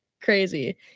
crazy